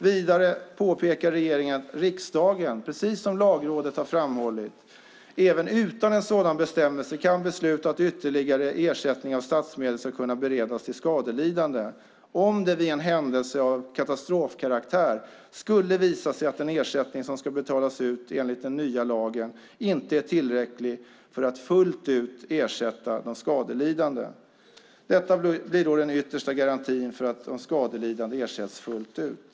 Vidare påpekar regeringen att riksdagen, precis som Lagrådet har framhållit, även utan en sådan bestämmelse kan besluta att ytterligare ersättning av statsmedel ska kunna beredas till skadelidande om det vid en händelse av katastrofkaraktär skulle visa sig att den ersättning som ska betalas ut enligt den nya lagen inte är tillräcklig för att fullt ut ersätta de skadelidande. Detta blir då den yttersta garantin för att de skadelidande ersätts fullt ut.